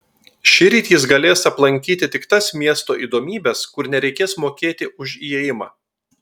šįryt jis galės aplankyti tik tas miesto įdomybes kur nereikės mokėti už įėjimą